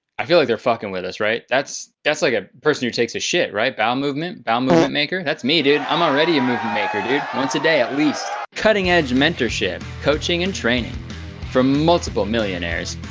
i feel like they're fucking with us, right? that's that's like a person who takes a shit, right? bowel movement, bowel movement maker. that's me, dude. i'm already a movie maker, dude. once a day, at least. cutting-edge mentorship, coaching and training for multiple millionaires,